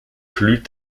plus